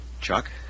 Chuck